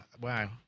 Wow